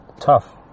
tough